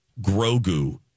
Grogu